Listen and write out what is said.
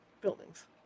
buildings